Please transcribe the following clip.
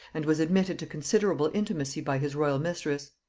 and was admitted to considerable intimacy by his royal mistress.